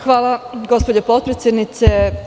Hvala vam gospođo potpredsednice.